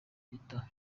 leta